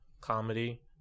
comedy